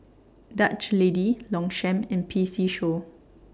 Dutch Lady Longchamp and P C Show